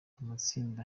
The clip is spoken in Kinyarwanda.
amatsinda